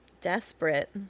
desperate